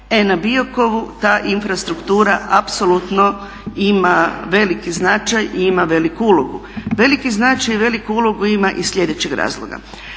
E na Biokovu ta infrastruktura apsolutno ima veliki značaj i ima veliku ulogu. Veliki značaj i veliku ulogu ima iz slijedećeg razloga.